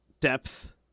depth